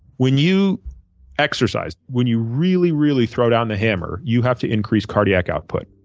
when you exercise, when you really, really throw down the hammer, you have to increase cardiac output.